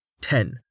ten